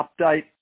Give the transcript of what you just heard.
update